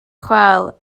chwâl